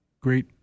great